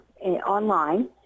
online